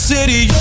City